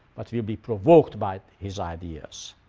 but will be provoked by his ideas.